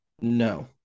No